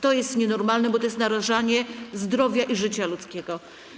To jest nienormalne, bo to jest narażanie zdrowia i życia ludzkiego.